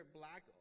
black